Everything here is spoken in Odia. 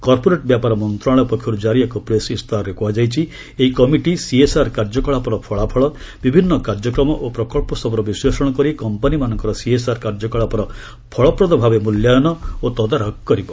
କର୍ପୋରେଟ୍ ବ୍ୟାପାର ମନ୍ତ୍ରଶାଳୟ ପକ୍ଷରୁ କ୍କାରି ଏକ ପ୍ରେସ୍ ଇସ୍ତାହାରରେ କୁହାଯାଇଛି ଏହି କମିଟି ସିଏସ୍ଆର୍ କାର୍ଯ୍ୟକଳାପର ଫଳାଫଳ ବିଭିନ୍ନ କାର୍ଯ୍ୟକ୍ରମ ଓ ପ୍ରକଳ୍ପସବୁର ବିଶ୍ଳେଷଣ କରି କମ୍ପାନୀମାନଙ୍କର ସିଏସ୍ଆର୍ କାର୍ଯ୍ୟକଳାପର ଫଳପ୍ରଦ ଭାବେ ମୂଲ୍ୟାୟନ ଓ ତଦାରଖ କରିବ